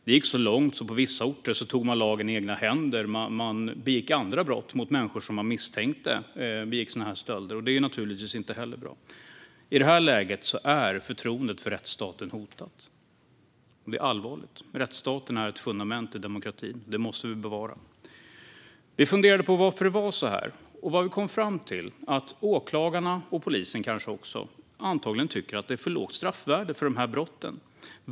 Det gick så långt att man på vissa orter tog lagen i egna händer och begick andra brott mot människor man misstänkte begick dessa stölder. Det är naturligtvis inte heller bra. I det här läget är förtroendet för rättsstaten hotat, och det är allvarligt. Rättsstaten är ett fundament i demokratin, och den måste vi bevara. Vi funderade över varför det är så här. Vi kom fram till att åklagarna, och kanske också polisen, antagligen tycker att det är för lågt straffvärde för dessa brott.